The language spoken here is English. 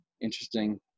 interesting